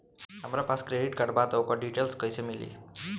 हमरा पास credit card बा त ओकर डिटेल्स कइसे मिली?